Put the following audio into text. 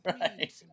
right